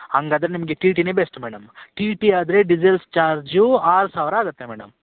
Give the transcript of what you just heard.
ಹಾಗಾದ್ರೆ ನಿಮಗೆ ಟಿ ಟಿಯೇ ಬೆಸ್ಟ್ ಮೇಡಮ್ ಟಿ ಟಿ ಆದರೆ ಡೀಸೆಲ್ಸ್ ಚಾರ್ಜು ಆರು ಸಾವಿರ ಆಗುತ್ತೆ ಮೇಡಮ್